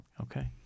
Okay